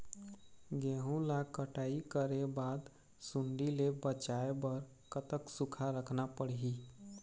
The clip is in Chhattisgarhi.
गेहूं ला कटाई करे बाद सुण्डी ले बचाए बर कतक सूखा रखना पड़ही?